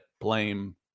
blame